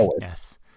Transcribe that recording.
Yes